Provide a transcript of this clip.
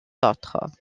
autres